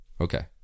Okay